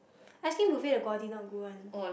ice cream buffet the quality not good one